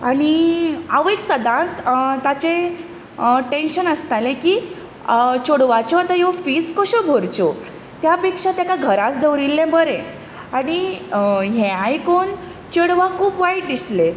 आवय सदांच ताजें टेंशन आसतालें की चेडवाच्यो आतां ह्यो फीज कश्यो भरच्यो त्या पेक्षा ताका घराच दवरिल्लें बरें आनी हें आयकून चेडवाक खूब वायट दिसलें